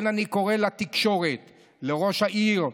אני קורא לתקשורת, לראש העיר: